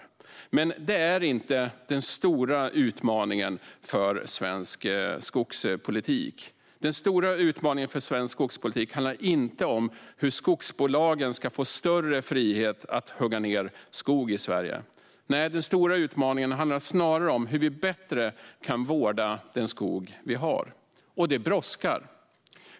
Men det är inte den stora utmaningen för svensk skogspolitik. Den stora utmaningen för svensk skogspolitik handlar inte om hur skogsbolagen ska få större frihet att hugga ned skog i Sverige. Nej, den stora utmaningen handlar snarare om hur vi bättre kan vårda den skog vi har, och det brådskar.